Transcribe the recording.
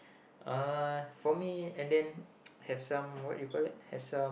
uh for me and then have some what you call that have some